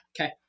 Okay